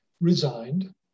resigned